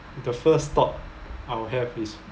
the first thought I'd have is